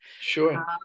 Sure